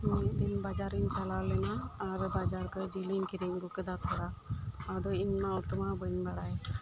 ᱢᱤᱫ ᱫᱤᱱ ᱵᱟᱡᱟᱨᱤᱧ ᱪᱟᱞᱟᱣ ᱞᱮᱱᱟ ᱟᱨ ᱵᱟᱡᱟᱨ ᱠᱷᱚᱱ ᱡᱮᱞᱤᱧ ᱠᱤᱨᱤᱧ ᱟᱹᱜᱩ ᱠᱮᱫᱟ ᱛᱷᱚᱲᱟ ᱟᱫᱚ ᱤᱧ ᱢᱟ ᱩᱛᱩ ᱢᱟ ᱵᱟᱹᱧ ᱵᱟᱲᱟᱭ